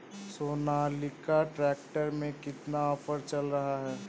Sonalika tractor में कितना offer चल रहा है?